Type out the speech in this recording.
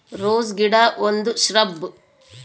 rose ಗಿಡ ಒಂದು shrub